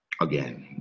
again